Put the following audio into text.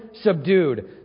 subdued